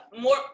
More